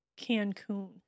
Cancun